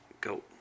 Go